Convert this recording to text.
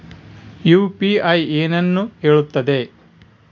UPI ಏನನ್ನು ಹೇಳುತ್ತದೆ?